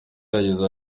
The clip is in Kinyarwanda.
yagize